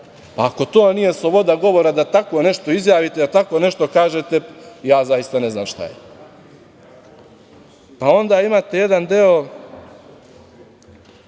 Ako nije sloboda govora da tako nešto izjavite, da tako nešto kažete, ja zaista ne znam šta je. Imate onda jedan deo